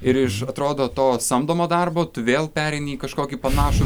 ir iš atrodo to samdomo darbo tu vėl pereini į kažkokį panašų